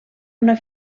una